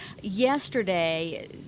yesterday